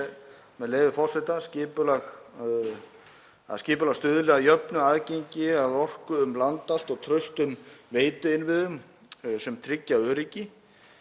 með leyfi forseta: „Skipulag stuðli að jöfnu aðgengi að orku um land allt og traustum veituinnviðum sem tryggja öryggi.“